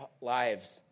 lives